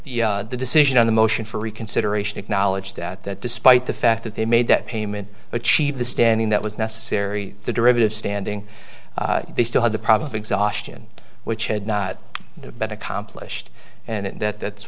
been the decision on the motion for reconsideration acknowledge that that despite the fact that they made that payment achieve the standing that was necessary the derivative standing they still had the probably exhaustion which had not been accomplished and that that's